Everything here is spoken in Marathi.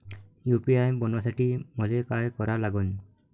यू.पी.आय बनवासाठी मले काय करा लागन?